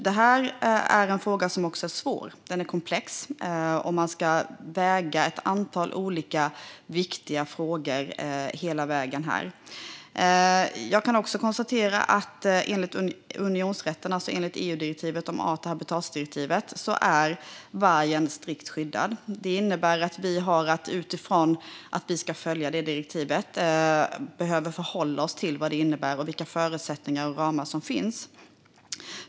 Det är en svår och komplex fråga, och ett antal olika intressen ska vägas in. Enligt EU:s art och habitatdirektiv är vargen strikt skyddad. Det innebär att vi måste förhålla oss till det och de förutsättningar och ramar som finns.